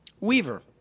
Weaver